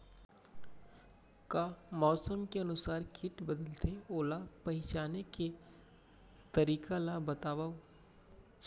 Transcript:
का मौसम के अनुसार किट बदलथे, ओला पहिचाने के तरीका ला बतावव?